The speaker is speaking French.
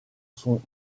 sont